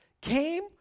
came